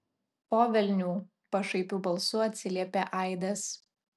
po velnių pašaipiu balsu atsiliepė aidas